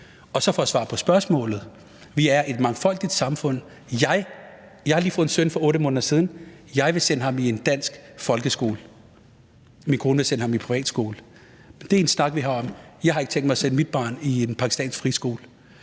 Og så for at svare på spørgsmålet: Vi er et mangfoldigt samfund. Jeg har lige fået en søn for 8 måneder siden. Jeg vil sende ham i en dansk folkeskole, min kone vil sende ham i privatskole, og det er en snak, vi har. Jeg har ikke tænkt mig at sende mit barn i en pakistansk friskole,